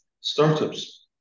startups